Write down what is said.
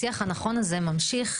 השיח הנכון הזה נמשך,